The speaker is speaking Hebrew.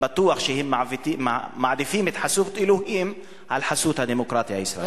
בטוח שהם מעדיפים את חסות אלוהים על חסות הדמוקרטיה הישראלית.